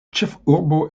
ĉefurbo